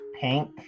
Pink